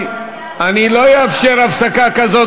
רגע.